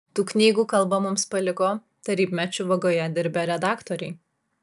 tų knygų kalbą mums paliko tarybmečiu vagoje dirbę redaktoriai